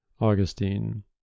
augustine